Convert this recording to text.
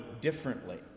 differently